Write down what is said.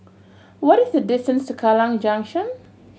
what is the distance to Kallang Junction